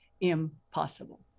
impossible